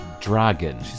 dragon